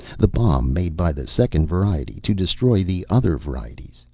the bomb. made by the second variety to destroy the other varieties.